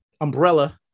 umbrella